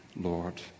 Lord